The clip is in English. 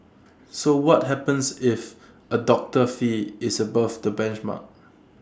so what happens if A doctor's fee is above the benchmark